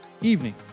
evening